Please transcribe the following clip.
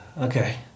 Okay